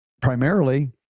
Primarily